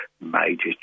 major